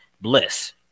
bliss